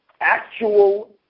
actual